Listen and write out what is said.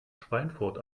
schweinfurt